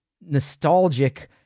nostalgic